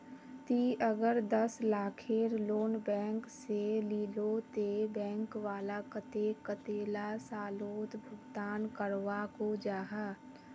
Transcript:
ती अगर दस लाखेर लोन बैंक से लिलो ते बैंक वाला कतेक कतेला सालोत भुगतान करवा को जाहा?